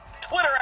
Twitter